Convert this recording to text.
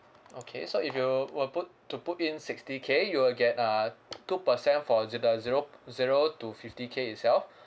okay so if you were put to put in sixty K you will get uh two percent for ze~ the zero p~ zero to fifty K itself